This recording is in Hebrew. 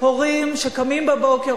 הורים שקמים בבוקר,